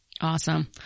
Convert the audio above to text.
Awesome